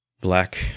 black